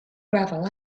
gravel